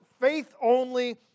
faith-only